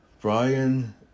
Brian